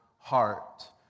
heart